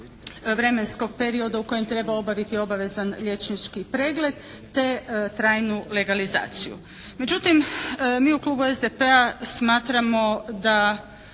vremenskog period u kojem treba obaviti obavezan liječnički pregled, te trajnu legalizaciju. Međutim, mi u klubu SDP-a smatramo da